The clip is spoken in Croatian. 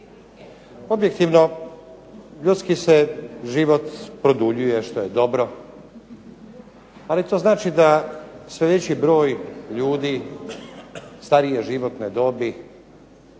Objektivno, ljudski se život produljuje što je dobro, ali to znači da sve veći broj ljudi starije životne dobi